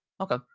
Okay